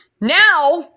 now